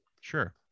Sure